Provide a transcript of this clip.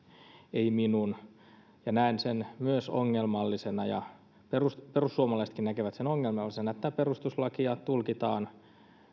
ei minun ja näen sen ongelmallisena ja perussuomalaisetkin näkevät sen ongelmallisena että perustuslakia tulkitaan